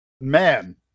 man